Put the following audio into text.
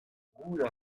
gouzout